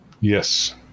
Yes